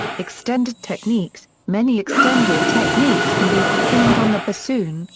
extended techniques many extended techniques can be performed on the bassoon,